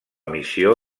missió